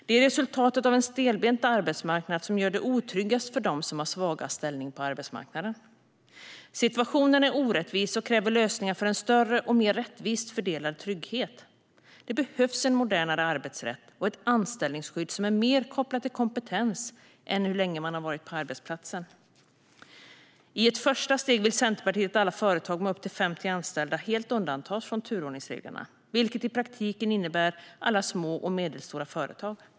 Det är resultatet av en stelbent arbetsmarknad som gör det otryggast för dem som har svagast ställning på arbetsmarknaden. Situationen är orättvis och kräver lösningar för en större och mer rättvist fördelad trygghet. Det behövs en modernare arbetsrätt och ett anställningsskydd som är mer kopplat till kompetens än till hur länge man har varit på arbetsplatsen. I ett första steg vill Centerpartiet att alla företag med upp till 50 anställda helt undantas från turordningsreglerna, vilket i praktiken innebär alla små och medelstora företag.